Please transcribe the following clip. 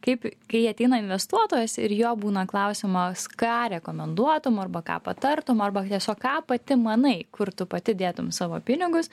kaip kai ateina investuotojas ir jo būna klausimas ką rekomenduotum arba ką patartum arba tiesiog ką pati manai kur tu pati dėtum savo pinigus